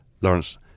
Lawrence